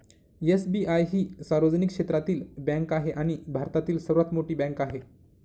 SBI ही सार्वजनिक क्षेत्रातील बँक आहे आणि भारतातील सर्वात मोठी बँक आहे